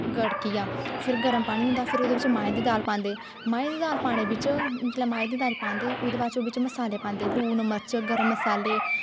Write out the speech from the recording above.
गड़की जा फिर गर्म पानी होंदा फिर ओह्दे बिच्च माहें दी दाल पांदे माहें दी दाल पाने बिच्च जेल्लै माहें दी दाल पांदे ओह्दे बाद च मसाले पांदे लून मर्च गर्म मसाले